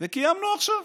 ו"קיימנו" עכשיו.